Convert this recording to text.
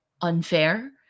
unfair